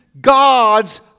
God's